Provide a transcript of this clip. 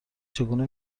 چگونه